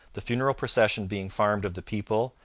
the funeral procession being farmed of the people,